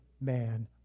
man